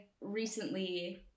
recently